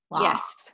Yes